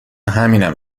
همینم